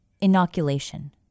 inoculation